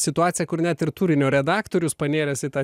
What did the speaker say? situacija kur net ir turinio redaktorius panėręs į tą